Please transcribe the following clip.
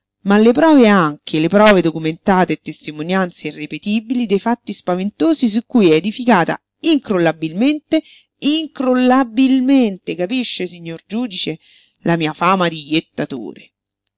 ma le prove anche prove documentate e testimonianze irrepetibili dei fatti spaventosi su cui è edificata incrollabilmente incrollabilmente capisce signor giudice la mia fama di jettatore